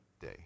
day